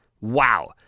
Wow